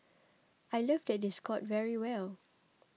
I love that they scored very well